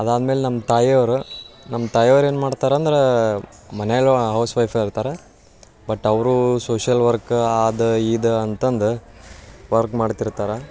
ಅದಾದ ಮೇಲೆ ನಮ್ಮ ತಾಯಿಯವರು ನಮ್ಮ ತಾಯಿಯವ್ರು ಏನು ಮಾಡ್ತಾರಂದ್ರೆ ಮನೇಲು ಹೌಸ್ ವೈಫೆ ಇರ್ತಾರೆ ಬಟ್ ಅವ್ರು ಸೋಶಲ್ ವರ್ಕ ಅದು ಇದು ಅಂತಂದು ವರ್ಕ್ ಮಾಡ್ತಿರ್ತಾರೆ